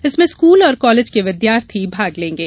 इसमें स्कूल और कॉलेज के विद्यार्थी भाग लेंगे